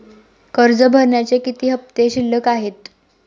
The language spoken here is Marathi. कर्ज भरण्याचे किती हफ्ते शिल्लक आहेत?